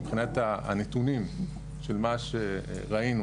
מבחינת הנתונים של מה שראינו,